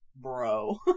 bro